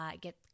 get